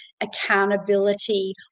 accountability